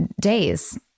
days